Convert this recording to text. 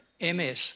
MS